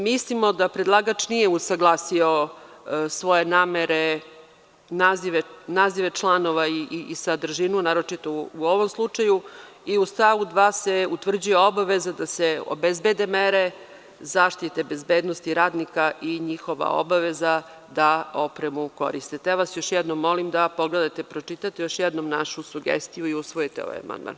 Mislimo da predlagač nije usaglasio svoje namere, nazive članova i sadržinu, naročito u ovom slučaju i u stavu 2. se utvrđuju obaveze da se obezbede mere zaštite bezbednosti radnika i njihova obaveza da opremu koriste, te vas još jednom molim da još jednom pogledate i pročitate našu sugestiju i usvojite ovaj amandmana.